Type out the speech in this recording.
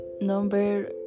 number